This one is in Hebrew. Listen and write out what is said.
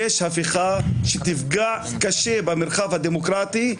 יש הפיכה שתפגע קשה במרחב הדמוקרטי.